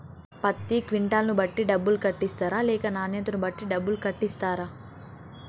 పత్తి క్వింటాల్ ను బట్టి డబ్బులు కట్టిస్తరా లేక నాణ్యతను బట్టి డబ్బులు కట్టిస్తారా?